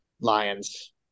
Lions